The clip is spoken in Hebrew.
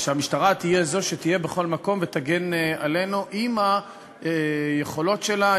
ושהמשטרה תהיה זו שתהיה בכל מקום ותגן עלינו עם היכולות שלה,